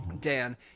Dan